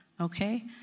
Okay